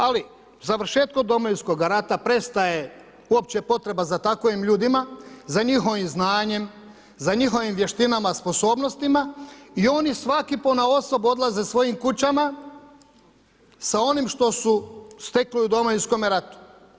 Ali završetkom Domovinskoga rata prestaje uopće potreba za takvim ljudima, za njihovim znanjem, za njihovim vještinama, sposobnostima i oni svaki ponaosob odlaze svojim kućama sa onim što su stekli u Domovinskome ratu.